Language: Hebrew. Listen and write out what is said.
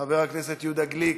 חבר הכנסת יהודה גליק,